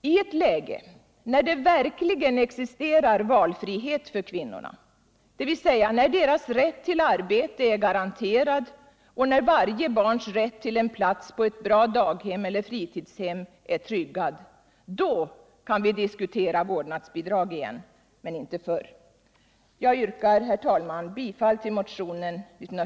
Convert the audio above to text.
I ett läge när det verkligen existerar valfrihet för kvinnorna, dvs. när deras rätt till arbete är garanterad och när varje barns rätt till en plats på ett bra daghem eller fritidshem är tryggad, då kan vi diskutera vårdnadsbidrag igen, men inte förr.